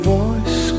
voice